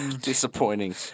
disappointing